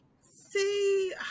See